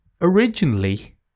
originally